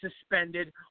suspended